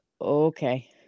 okay